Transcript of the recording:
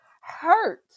hurt